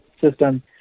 system